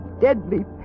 deadly